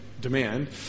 demand